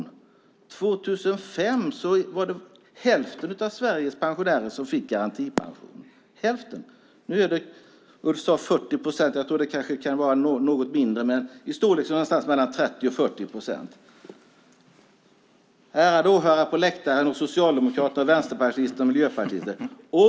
År 2005 fick hälften av Sveriges pensionärer garantipension. Ulf sade att det nu är 40 procent. Jag tror att det kan vara något mindre, men i storleksordningen någonstans mellan 30 och 40 procent får garantipension i dag. Ärade åhörare på läktaren, socialdemokrater, vänsterpartister och miljöpartister!